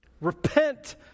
Repent